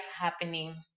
happening